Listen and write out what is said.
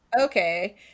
okay